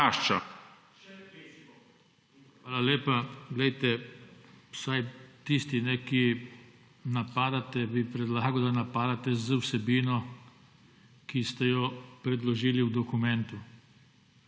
Hvala lepa. Vsaj tisti, ki napadate bi predlagal, da napadate z vsebino, ki ste jo predložili v dokument.